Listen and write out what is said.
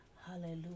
hallelujah